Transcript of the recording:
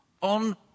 on